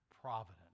providence